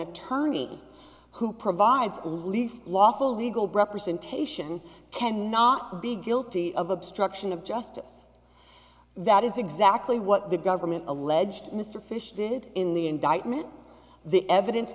attorney who provides at least lawful legal representation can not be guilty of obstruction of justice that is exactly what the government alleged mr fyshe did in the indictment the evidence